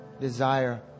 desire